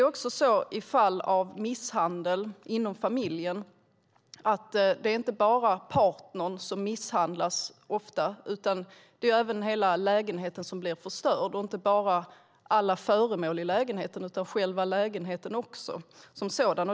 I fall av misshandel inom familjen är det ofta inte bara partnern som misshandlas, utan även hela lägenheten blir förstörd. Det gäller inte bara alla föremål i lägenheten utan också själva lägenheten.